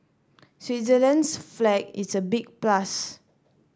Switzerland's flag is a big plus